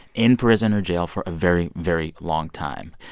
in prison or jail for a very, very long time.